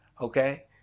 Okay